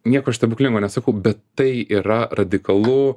nieko aš stebuklingo nesakau bet tai yra radikalu